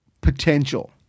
potential